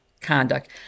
conduct